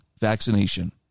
vaccination